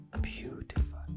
Beautiful